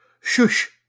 Shush